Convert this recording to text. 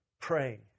praying